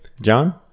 john